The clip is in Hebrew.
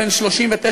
בן 39 במותו,